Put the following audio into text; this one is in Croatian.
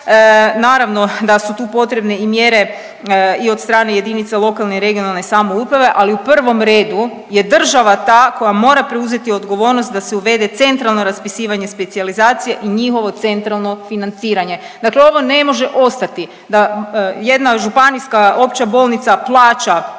naravno da su tu potrebne i mjere i od strane jedinica lokalne i regionalne samouprave, ali u prvom redu je država ta koja mora preuzeti odgovornost da se uvede centralno raspisivanje specijalizacije i njihovo centralno financiranje. Dakle, ovo ne može ostati da jedna županijska opća bolnica plaća